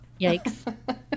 yikes